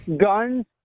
Guns